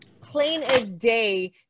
plain-as-day